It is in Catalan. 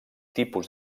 tipus